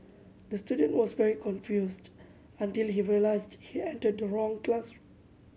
the student was very confused until he realised he entered the wrong classroom